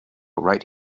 right